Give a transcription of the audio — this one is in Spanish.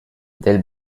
del